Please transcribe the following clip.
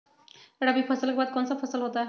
रवि फसल के बाद कौन सा फसल होता है?